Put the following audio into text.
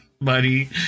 buddy